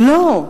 לא.